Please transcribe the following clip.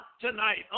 tonight